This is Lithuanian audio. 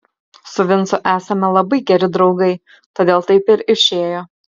su vincu esame labai geri draugai todėl taip ir išėjo